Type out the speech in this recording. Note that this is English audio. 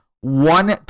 one